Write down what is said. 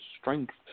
strength